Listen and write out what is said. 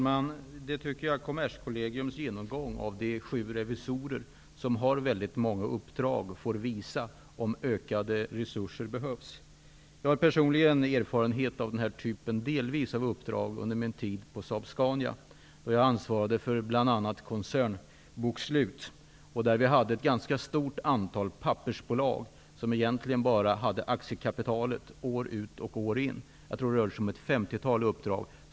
Fru talman! Kommerskollegiums granskning av de sju revisorer som har väldigt många uppdrag får visa om ökade resurser behövs. Jag har personligen erfarenhet av denna typ av uppdrag från min tid på Saab-Scania, då jag bl.a. ansvarade för koncernbokslutet. Vi hade ett ganska stort antal pappersbolag, som egentligen hade bara aktiekapitalet år ut och år in. Jag tror att det var ett femtiotal uppdrag.